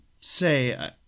say